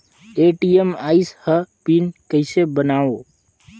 ATM आइस ह PIN कइसे बनाओ?